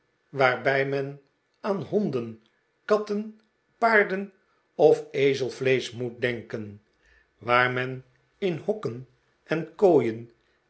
waarbij men aan maarten chuzzlewit honden katten paarden of ezelvleesch moet denken waar men in hokken en kooien